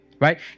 right